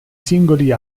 singoli